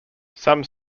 some